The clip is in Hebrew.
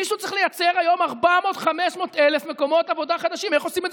מישהו צריך לייצר 400,000 500,000 מקומות עבודה חדשים.